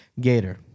Gator